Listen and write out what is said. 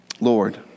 Lord